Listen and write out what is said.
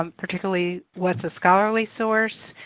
um particularly what's a scholarly source?